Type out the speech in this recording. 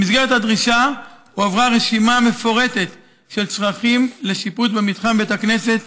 במסגרת הדרישה הועברה רשימה מפורטת של צרכים לשיפוץ במתחם בית הכנסת